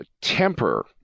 temper